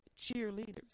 cheerleaders